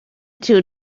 two